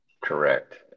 Correct